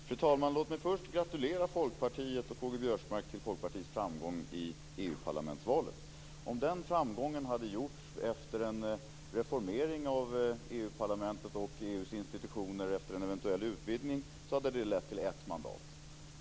Fru talman! Låt mig först gratulera Folkpartiet och K-G Biörsmark till Folkpartiets framgång i Europaparlamentsvalet. Om den framgången hade kommit efter en reformering av EU:s parlament och av EU:s institutioner efter en eventuell utvidgning, hade det lett till ett mandat.